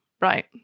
right